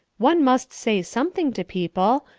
one must say something to people.